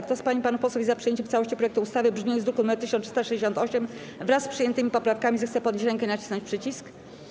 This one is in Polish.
Kto z pań i panów posłów jest za przyjęciem w całości projektu ustawy w brzmieniu z druku nr 1368, wraz z przyjętymi poprawkami, zechce podnieść rękę i nacisnąć przycisk.